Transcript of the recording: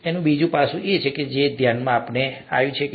તે એક બીજું પાસું છે જે ધ્યાનમાં આવી શકે છે